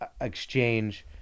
exchange